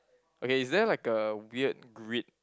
okay is there like a weird grid